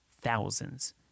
thousands